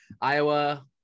Iowa